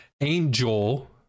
Angel